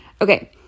Okay